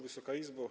Wysoka Izbo!